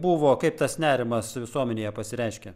buvo kaip tas nerimas visuomenėje pasireiškė